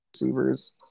receivers